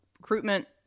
recruitment